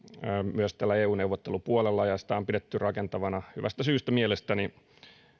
myös täällä eu neuvottelupuolella ja sitä on pidetty rakentavana hyvästä syystä mielestäni